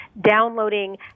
downloading